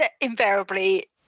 invariably